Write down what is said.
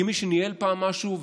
כמי שניהל פעם משהו,